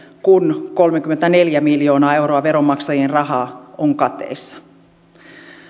kun kolmekymmentäneljä miljoonaa euroa veronmaksajien rahaa on kateissa